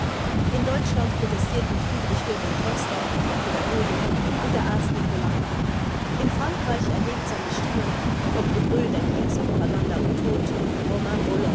in deutschland protestierten friedrich wilhelm foerster der pädagoge und der arzt nicolai in frankreich erhebt seine stimme vom gebrüll der kriegspropaganda umtobt